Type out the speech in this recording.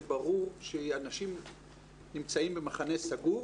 זה ברור שאנשים נמצאים במחנה סגור,